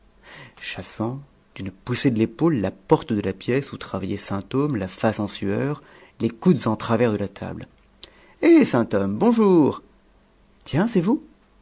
chassant d'une poussée de l'épaule la porte de la pièce où travaillait sainthomme la face en sueur les coudes en travers de la table eh sainthomme bonjour tiens c'est vous